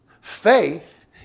Faith